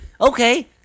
okay –